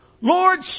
Lord